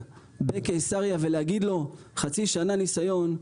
בקיסריה ולהגיד לו שהוא בחצי שנה ניסיון,